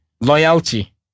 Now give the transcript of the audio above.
loyalty